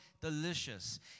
delicious